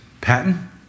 Patton